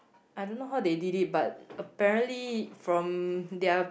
I don't know how they did it but apparently from their